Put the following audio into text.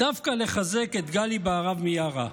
דווקא לחזק, את גלי בהרב מיארה: